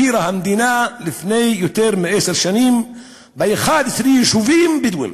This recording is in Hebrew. הכירה המדינה לפני יותר מעשר שנים ב-11 יישובים בדואיים.